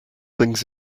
things